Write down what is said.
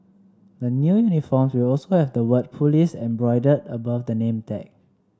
the new uniforms will also have the word police embroidered above the name tag